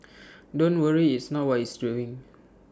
don't worry it's knows what it's doing